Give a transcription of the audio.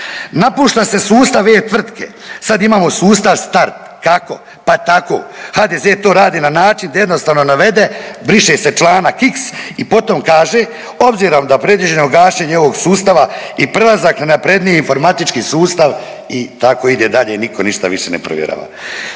Napušta se sustav e-tvrtke, sad imamo sustav Star, kako, pa tako, HDZ to radi na način da jednostavno navede briše se članak x i potom kaže obzirom da predviđeno gašenje ovog sustava i prelazak na napredniji informatički sustav i tako ide dalje i nitko ništa više ne provjerava.